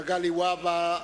מגלי והבה,